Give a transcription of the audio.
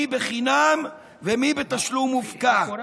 מי חינם ומי בתשלום מופקע.